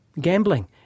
gambling